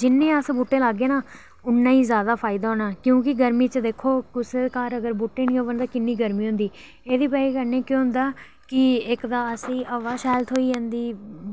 जिन्ने अस बूह्टे लागे ना उन्ना गै फायदा होना क्योंकि गर्मी च दिक्खो कुसै दे घर अगर बूह्टे निं होङन तां किन्नी गर्मी होनी एह्दी बजह कन्नै केह् होंदा कि इक्क तां असेंगी हवा शैल थ्होई जंदी